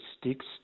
sticks